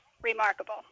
Remarkable